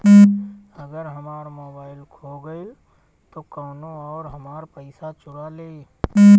अगर हमार मोबइल खो गईल तो कौनो और हमार पइसा चुरा लेइ?